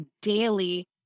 daily